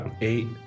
eight